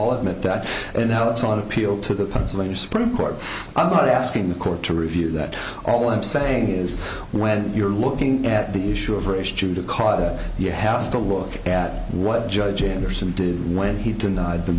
admit that and now it's on appeal to the pennsylvania supreme court i'm not asking the court to review that all i'm saying is when you're looking at the issue of race judicata you have to look at what judge anderson did when he denied the